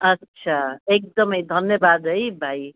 अच्छा एकदमै धन्यवाद है भाइ